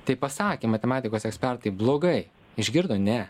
tai pasakė matematikos ekspertai blogai išgirdo ne